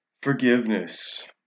Forgiveness